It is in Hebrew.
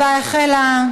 ההצבעה החלה.